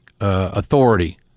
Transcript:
authority